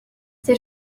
ses